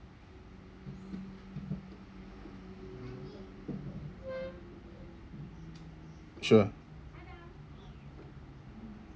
sure